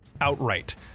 outright